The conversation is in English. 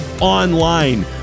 online